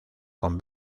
con